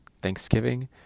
thanksgiving